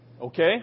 Okay